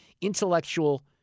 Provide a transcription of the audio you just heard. intellectual